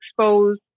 expose